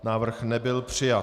Návrh nebyl přijat.